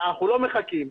אנחנו לא מחכים.